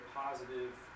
positive